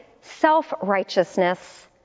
self-righteousness